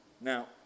Now